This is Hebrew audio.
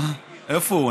איפה הוא?